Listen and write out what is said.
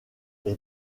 les